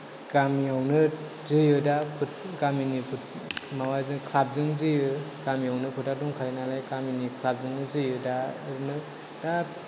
गामियावनो जोयो दा गामिनि फुट माबाजों क्लाबजों जोयो गामियावनो फोथार दंखायो नालाय गामिनि क्लाबजोंनो जोयो दा ओरैनो दा